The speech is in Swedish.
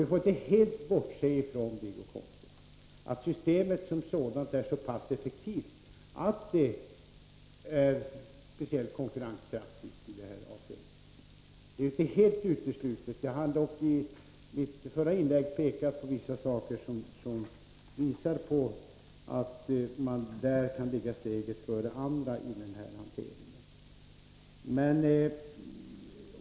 Vi får inte helt bortse från att systemet som sådant är så pass effektivt, Wiggo Komstedt, att det är särskilt konkurrenskraftigt i det här avseendet. Jag hann i mitt förra inlägg framhålla vissa saker som klargör att SJ kan ligga steget före andra i den här hanteringen.